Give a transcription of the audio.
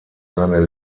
seine